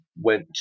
went